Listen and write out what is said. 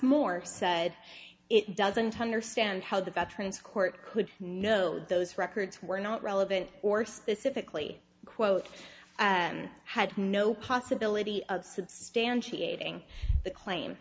more said it doesn't understand how the veterans court could know those records were not relevant or specifically quote had no possibility of substantiating the claim